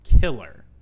killer